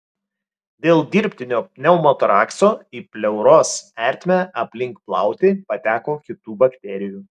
dėl dirbtinio pneumotorakso į pleuros ertmę aplink plautį pateko kitų bakterijų